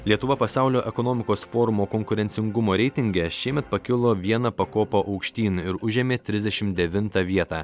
lietuva pasaulio ekonomikos forumo konkurencingumo reitinge šiemet pakilo viena pakopa aukštyn ir užėmė trisdešimt devintą vietą